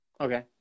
Okay